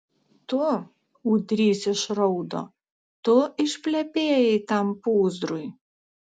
tu ūdrys išraudo tu išplepėjai tam pūzrui